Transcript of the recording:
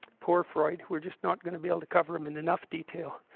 poor freud who were just not gonna be able to cover him in enough detail.